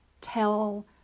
tell